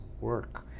work